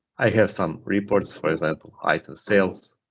i have some reports, for example, item sales,